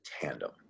tandem